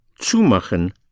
zumachen